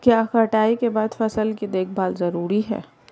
क्या कटाई के बाद फसल की देखभाल जरूरी है?